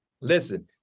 Listen